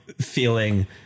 feeling